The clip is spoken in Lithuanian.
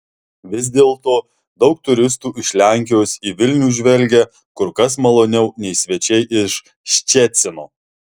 vis dėlto daug turistų iš lenkijos į vilnių žvelgia kur kas maloniau nei svečiai iš ščecino